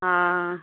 हा